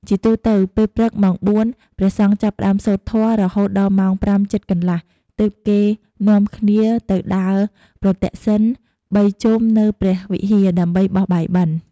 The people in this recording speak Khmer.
ជាទូទៅ ពេលព្រឹកម៉ោង៤ ព្រះសង្ឃចាប់ផ្តើមសូត្រធម៌ រហូតដល់ម៉ោង៥ជិតកន្លះ ទើបគេនាំ គ្នាទៅដើរប្រទក្សិណ ៣ ជុំនៅព្រះវិហារ ដើម្បីបោះបាយបិណ្ឌ។